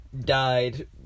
died